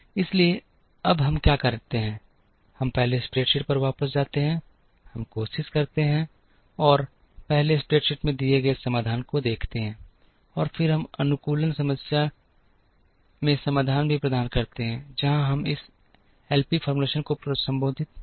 इसलिए अब हम क्या करते हैं हम पहले स्प्रेडशीट पर वापस जाते हैं हम कोशिश करते हैं और पहले स्प्रेडशीट में दिए गए समाधान को देखते हैं और फिर हम अनुकूलन समस्या में समाधान भी प्रदान करते हैं जहां हम इस एलपी फॉर्मूलेशन को संशोधित कर रहे हैं